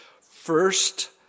first